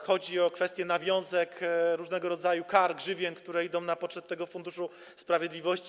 Chodzi o kwestię nawiązek, różnego rodzaju kar, grzywien, które idą na poczet Funduszu Sprawiedliwości.